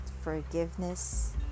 forgiveness